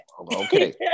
Okay